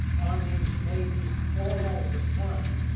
armies, navies, all that is a sign,